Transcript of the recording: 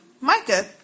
Micah